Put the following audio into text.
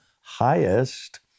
highest